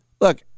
look